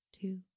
two